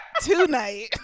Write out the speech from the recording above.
Tonight